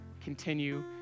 continue